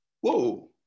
whoa